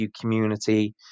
community